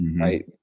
Right